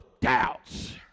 doubts